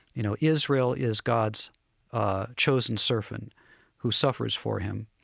you know, israel is god's ah chosen servant who suffers for him.